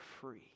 free